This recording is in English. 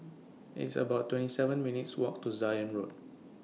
It's about twenty seven minutes' Walk to Zion Road